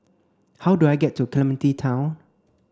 how do I get to Clementi Town